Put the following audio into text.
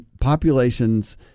populations